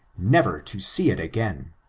never to see it again,